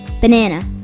Banana